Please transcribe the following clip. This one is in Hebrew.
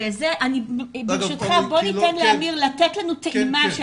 אני מציעה שד"ר אמיר פלק ייתן לנו טעימה של